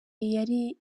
yari